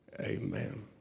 Amen